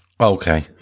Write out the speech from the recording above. Okay